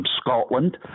Scotland